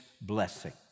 blessing